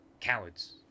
Cowards